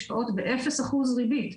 השקעות באפס אחוז ריבית.